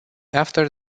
after